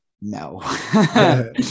No